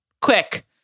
quick